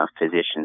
physicians